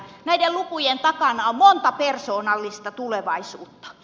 näiden lukujen takana on monta persoonallista tulevaisuutta